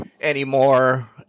anymore